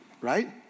right